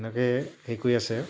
এনেকৈ হেৰি কৰি আছে